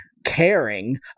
caring